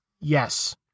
Yes